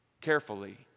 carefully